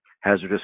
hazardous